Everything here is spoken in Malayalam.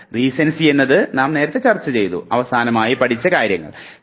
റീസൻസി എന്നത് നാം നേരത്തെ ചർച്ച ചെയ്തല്ലോ